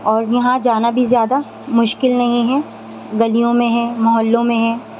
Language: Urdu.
اور یہاں جانا بھی جانا زیادہ مشکل نہیں ہے گلیوں میں ہیں محلوں میں ہیں